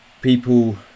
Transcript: people